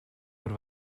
par